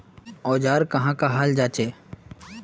औजार कहाँ का हाल जांचें?